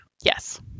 Yes